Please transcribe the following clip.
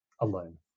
alone